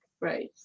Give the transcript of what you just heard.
right